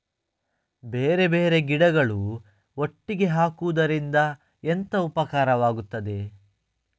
ಬೇರೆ ಬೇರೆ ಗಿಡಗಳು ಒಟ್ಟಿಗೆ ಹಾಕುದರಿಂದ ಎಂತ ಉಪಕಾರವಾಗುತ್ತದೆ?